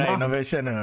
Innovation